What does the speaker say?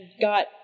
got